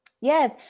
Yes